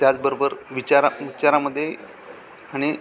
त्याचबरोबर विचारा विचारामध्ये आणि